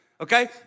okay